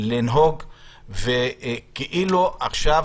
לנהוג כאילו עכשיו